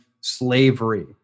slavery